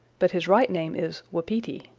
but his right name is wapiti.